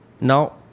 now